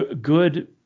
good